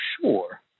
sure